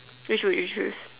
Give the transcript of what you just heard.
which will you choose